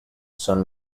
son